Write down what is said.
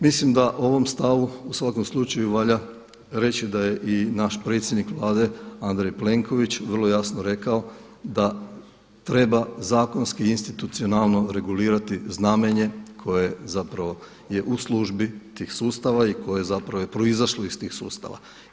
Mislim da ovom stavu u svakom slučaju valja reći da je i naš predsjednik Vlade Andrej Plenković vrlo jasno rekao da treba zakonski institucionalno regulirati znamenje koje zapravo je u službi tih sustava i koje zapravo je proizašlo iz tih sustav.